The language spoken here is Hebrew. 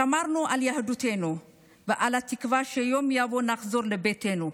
שמרנו על יהדותנו ועל התקווה שיום יבוא ונחזור לביתנו,